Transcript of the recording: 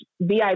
VIP